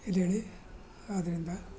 ಎದ್ದೇಳಿ ಆದ್ದರಿಂದ